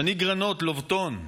שני גרנות לובטון: